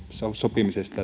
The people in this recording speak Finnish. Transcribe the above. sopimisesta